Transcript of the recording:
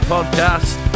Podcast